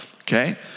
Okay